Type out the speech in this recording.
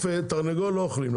תרנגול לא אוכלים,